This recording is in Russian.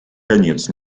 конец